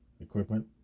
Equipment